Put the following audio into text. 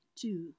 two